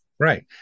Right